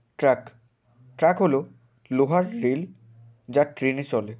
track track হলো লোহার rail যা ট্রেনে চলে